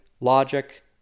logic